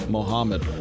Mohammed